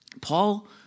Paul